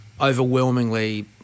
overwhelmingly